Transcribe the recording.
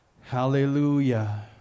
Hallelujah